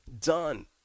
done